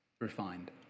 refined